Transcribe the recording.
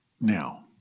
Now